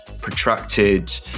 protracted